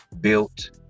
built